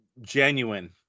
genuine